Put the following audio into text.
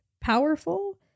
powerful